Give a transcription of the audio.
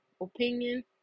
opinion